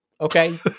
Okay